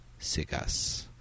Segas